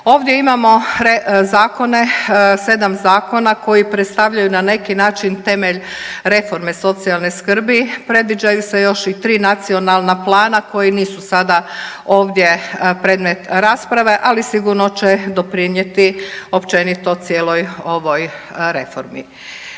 Ovdje imamo zakone, 7 zakona koji predstavljaju na neki način temelj reforme socijalne skrbi, predviđaju se još i 3 nacionalna plana koji nisu sada ovdje predmet rasprave, ali sigurno će doprinijeti općenito cijeloj ovoj reformi.